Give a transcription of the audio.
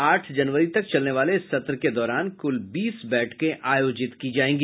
आठ जनवरी तक चलने वाले इस सत्र के दौरान कुल बीस बैठकें आयोजित की जायेंगी